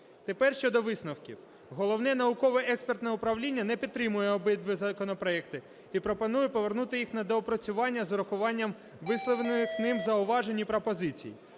Тепер щодо висновків. Головне науково-експертне управління не підтримує обидва законопроекти і пропонує повернути їх на доопрацювання з урахуванням висловлених ним зауважень і пропозицій.